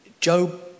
Job